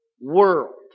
world